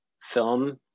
film